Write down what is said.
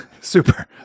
Super